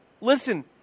listen